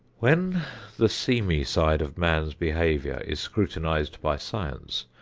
when the seamy side of man's behavior is scrutinized by science,